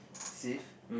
safe